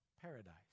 paradise